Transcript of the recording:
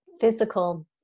physical